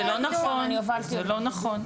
זה לא נכון.